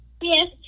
Yes